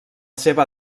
seva